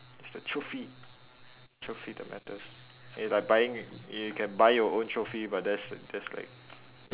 it's the trophy trophy that matters it's like buying you can buy your own trophy but that's that's like nope